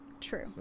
True